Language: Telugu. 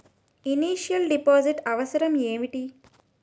ఇనిషియల్ డిపాజిట్ అవసరం ఏమిటి?